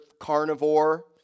carnivore